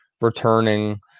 returning